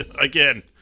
Again